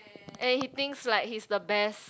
and he thinks like he's the best